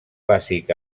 bàsic